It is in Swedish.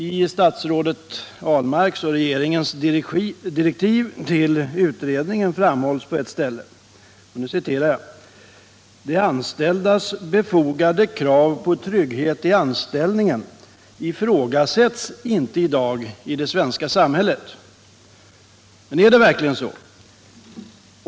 I statsrådet Ahlmarks och regeringens direktiv till utredningen framhålls på ett ställe: ”De anställdas befogade krav på trygghet i anställningen ifrågasätts inte i dag i det svenska samhället.” Men är det verkligen så?